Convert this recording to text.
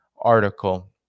article